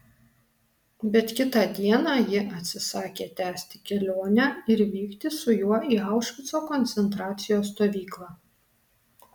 bet kitą dieną ji atsisakė tęsti kelionę ir vykti su juo į aušvico koncentracijos stovyklą